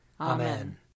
Amen